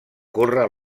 córrer